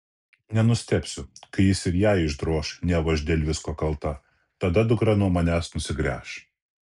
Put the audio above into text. nenustebsiu kai jis ir jai išdroš neva aš dėl visko kalta tada dukra nuo manęs nusigręš